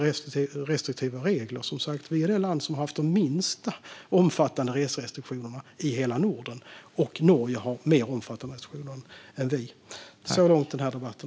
Vi är som sagt det land som har haft de minst omfattande reserestriktionerna i hela Norden. Norge har mer omfattande restriktioner än vi. Jag tackar för debatten.